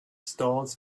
stalls